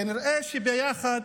כנראה שזה ביחד